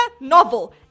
novel